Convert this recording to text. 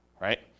right